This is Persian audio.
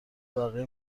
بقیه